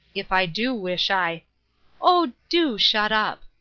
if i do wish i oh, do shut up!